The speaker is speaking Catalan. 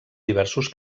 diversos